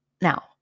Now